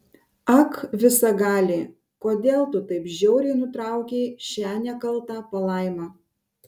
ak visagali kodėl tu taip žiauriai nutraukei šią nekaltą palaimą